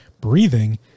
breathing